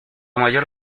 mayor